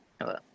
Hello